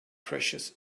precious